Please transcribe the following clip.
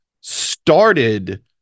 started